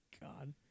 God